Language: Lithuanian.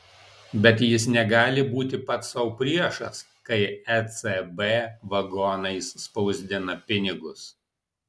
bet jis negali būti pats sau priešas kai ecb vagonais spausdina pinigus